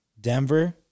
Denver